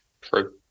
true